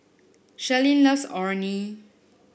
Sherlyn loves Orh Nee